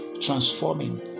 transforming